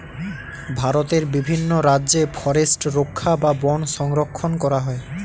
ভারতের বিভিন্ন রাজ্যে ফরেস্ট রক্ষা বা বন সংরক্ষণ করা হয়